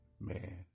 man